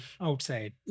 outside